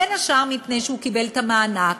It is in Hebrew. בין השאר מפני שהוא קיבל את המענק,